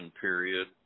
period